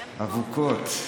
אבוקות.